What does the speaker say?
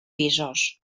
pisos